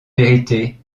vérité